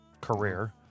career